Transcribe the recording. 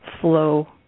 flow